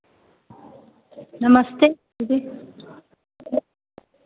नमस्ते जी